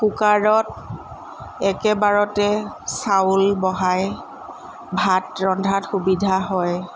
কুকাৰত একেবাৰতে চাউল বহাই ভাত ৰন্ধাত সুবিধা হয়